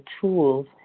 tools